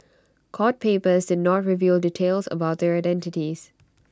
court papers did not reveal details about their identities